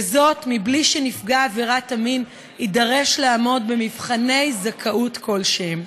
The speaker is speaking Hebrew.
וזאת מבלי שנפגע עבירת המין יידרש לעמוד במבחני זכאות כלשהם.